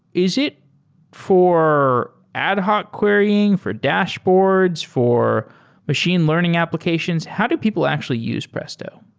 is it for ad hoc querying, for dashboards, for machine learning applications? how do people actually use presto?